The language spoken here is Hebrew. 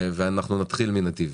ואנחנו נתחיל מנתיב.